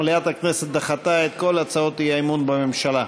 מליאת הכנסת דחתה את כל הצעות האי-אמון בממשלה.